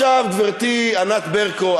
גברתי ענת ברקו,